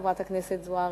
חברת הכנסת זוארץ,